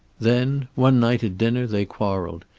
then, one night at dinner, they quarreled,